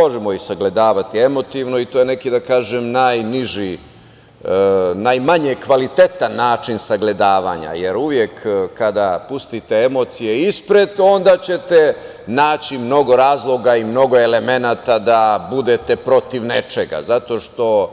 Možemo ih sagledavati emotivno i to je neki, da tako kažem, najniži, najmanje kvalitetan način sagledavanja, jer uvek kada pustite emocije ispred, onda ćete naći mnogo razloga i mnogo elemenata da budete protiv nečega, zato što